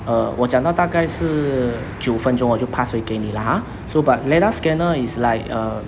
err 我讲到大概是九分钟我就 pass 回给你 lah ha so but LiDAR scanner is like a